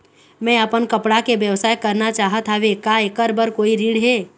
मैं अपन कपड़ा के व्यवसाय करना चाहत हावे का ऐकर बर कोई ऋण हे?